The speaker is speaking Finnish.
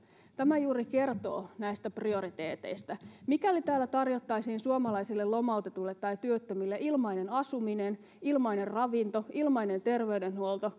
tämä juuri kertoo näistä prioriteeteista mikäli täällä tarjottaisiin suomalaisille lomautetuille tai työttömille ilmainen asuminen ilmainen ravinto ja ilmainen terveydenhuolto